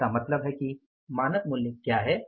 इसका मतलब है कि मानक मूल्य क्या है